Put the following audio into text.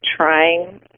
trying